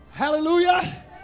Hallelujah